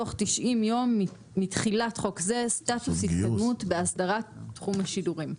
בתוך 90 יום מתחילת חוק זה סטטוס התקדמות בהסדרת תחום השידורים'.